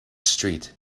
street